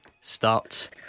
starts